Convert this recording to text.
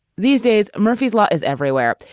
these days, murphy's law is everywhere.